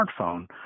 smartphone